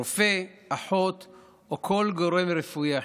רופא, אחות או כל גורם רפואי אחר.